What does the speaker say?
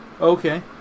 Okay